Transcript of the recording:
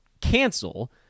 cancel